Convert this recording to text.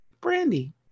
Brandy